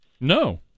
No